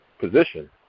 position